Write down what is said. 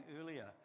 earlier